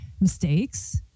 mistakes